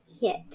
hit